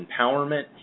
empowerment